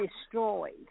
destroyed